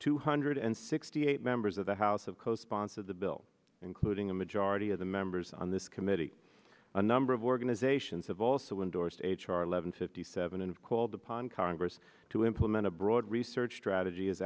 two hundred sixty eight members of the house of co sponsor of the bill including a majority of the members on this committee a number of organizations have also endorsed h r eleven fifty seven and called upon congress to implement a broad research strategy